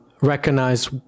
recognize